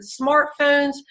smartphones